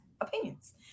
opinions